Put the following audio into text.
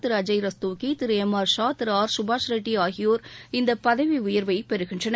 திரு அஜய் ரஸ்தோகி திரு M R Shah திரு R Kapash Reddy ஆகியோர் இந்த பதவி உயர்வை பெறுகின்றனர்